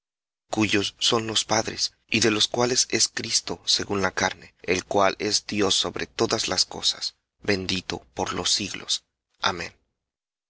cuyos son los padres y de los cuales es cristo según la carne el cual es dios sobre todas las cosas bendito por los siglos amén